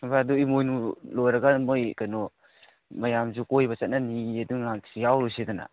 ꯚꯥꯏ ꯑꯗꯨ ꯏꯃꯣꯏꯅꯨ ꯂꯣꯏꯔꯒ ꯃꯈꯣꯏ ꯀꯩꯅꯣ ꯃꯌꯥꯝꯁꯨ ꯀꯣꯏꯕ ꯆꯠꯅꯅꯤꯌꯦ ꯑꯗꯨ ꯉꯥꯏꯍꯥꯛꯁꯨ ꯌꯥꯎꯔꯨꯁꯤꯗꯅ